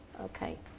Okay